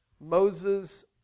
Moses